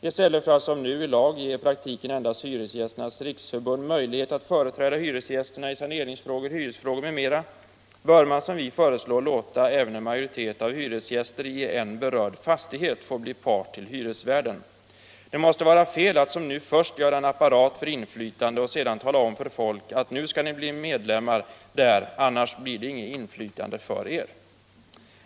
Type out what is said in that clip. I stället för att som nu i lag ge i praktiken endast Hyresgästernas riksförbund möjlighet att företräda hyresgästerna i saneringsfrågor, hyresfrågor m.m. bör man, som vi föreslår, låta även en majoritet av hyresgäster i en berörd fastighet få bli motpart till hyresvärden. Det måste vara fel att som nu först göra en apparat för inflytande och sedan tala om för folk: Nu skall ni bli medlemmar där, annars blir det inget inflytande för er.